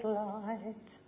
light